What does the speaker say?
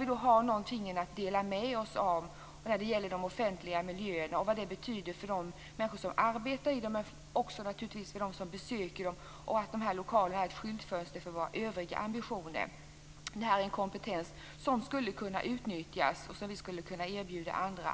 Vi har någonting att dela med oss av när det gäller de offentliga miljöerna och vad det betyder för de människor som arbetar där, men också naturligtvis för dem som besöker dem. Dessa lokaler är ett skyltfönster för våra övriga ambitioner. Det här är en kompetens som skulle kunna utnyttjas och som vi skulle kunna erbjuda andra.